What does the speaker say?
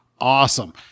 Awesome